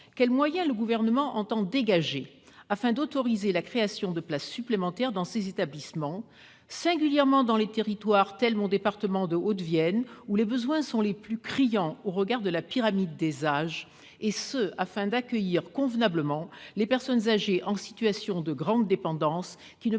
quels moyens le Gouvernement entend dégager afin d'autoriser la création de places supplémentaires dans ces établissements, singulièrement dans les territoires tels que mon département de la Haute-Vienne, où les besoins sont les plus criants au regard de la pyramide des âges, et ce afin d'accueillir convenablement les personnes âgées en situation de grande dépendance qui ne